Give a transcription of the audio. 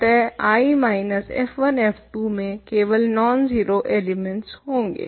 अतः I minus f1 f2 में केवल नॉन जीरो एलिमेंट्स होंगे